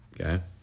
Okay